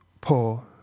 poor